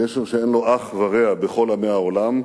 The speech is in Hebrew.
קשר שאין לו אח ורע בכל עמי העולם,